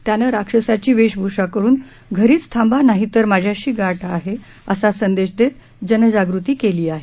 त्यानं राक्षसाची वेशभूषा करून घरीच थांबा नाहीतर माझ्याशी गाठ आहे असा संदेश देत जनजागृती केली आहे